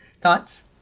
Thoughts